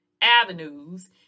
Avenues